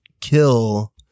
kill